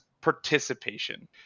participation